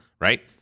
right